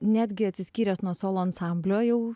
netgi atsiskyręs nuo solo ansamblio jau